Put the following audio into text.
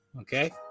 Okay